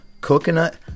coconut